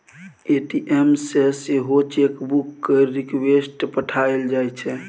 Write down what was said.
ATM सँ सेहो chequebook केर रिक्वेस्ट पठाएल जाइ छै